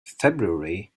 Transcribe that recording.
february